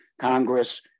Congress